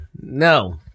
no